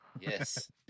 Yes